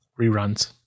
reruns